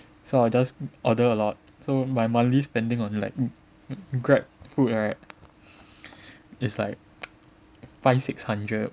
so I will just order a lot so my monthly spending on like Grab food right it's like five six hundred